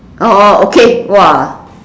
orh okay !wah!